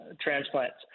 transplants